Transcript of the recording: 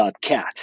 .cat